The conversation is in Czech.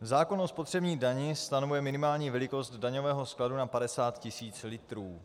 Zákon o spotřebních daních stanovuje minimální velikost daňového skladu na 50 tisíc litrů.